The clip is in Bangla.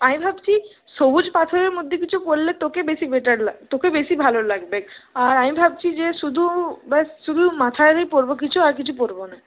আমি ভাবছি সবুজ পাথরের মধ্যে কিছু পরলে তোকে বেশি বেটার লাগ তোকে বেশি ভালো লাগবে আর আমি ভাবছি যে শুধু ব্যস শুধু মাথায়েরই পরবো কিছু আর কিছু পরবো না